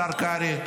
השר קרעי,